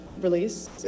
release